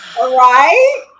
Right